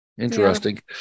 interesting